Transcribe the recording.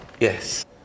Yes